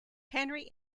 henry